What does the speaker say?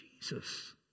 Jesus